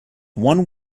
one